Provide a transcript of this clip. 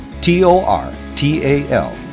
T-O-R-T-A-L